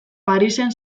parisen